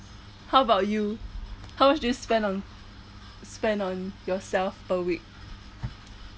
how about you how much do you spend on spend on yourself per week